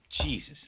Jesus